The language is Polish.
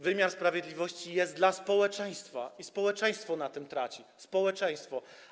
Wymiar sprawiedliwości jest dla społeczeństwa i społeczeństwo na tym traci, społeczeństwo.